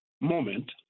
moment